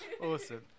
awesome